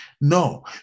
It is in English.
no